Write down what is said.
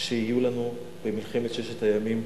שיהיו לנו במלחמת ששת הימים,